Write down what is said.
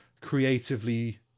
creatively